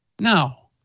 Now